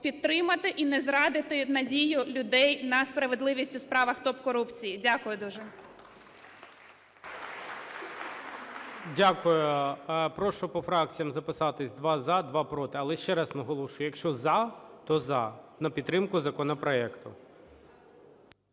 підтримати і не зрадити надію людей на справедливість у справах топ-корупції. Дякую дуже. ГОЛОВУЮЧИЙ. Дякую. Прошу по фракціям записатись: два – за, два – проти. Але ще раз наголошую, якщо – за, то – за, на підтримку законопроекту.